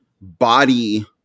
body